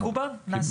מקבל נעשה.